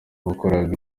wakoreraga